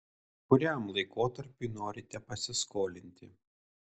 kuriam laikotarpiui norite pasiskolinti